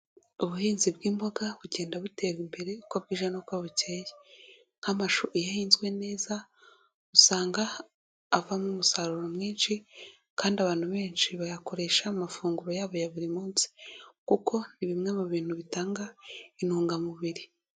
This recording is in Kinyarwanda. Ubuhinzi bw'imboga bugenda butera imbere uko bwije nuko bukeye. Nk'amashu iyo ahinzwe neza usanga avamo umusaruro mwinshi kandi abantu benshi bayakoresha amafunguro yabo ya buri munsi kuko ni bimwe mu bintu bitanga intungamubiri.